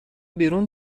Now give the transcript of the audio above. بیرون